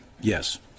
Yes